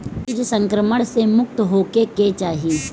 बीज संक्रमण से मुक्त होखे के चाही